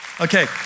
Okay